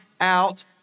out